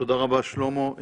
תודה רבה, שלמה.